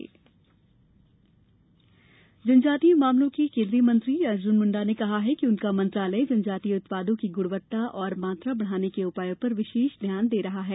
जनजातीय उत्पाद जनजातीय मामलों के केन्द्रीय मंत्री अर्जुन मुंडा ने कहा है कि उनका मंत्रालय जनजातीय उत्पादों की गुणवत्ता और मात्रा बढ़ाने के उपायों पर विशेष ध्यान दे रहा है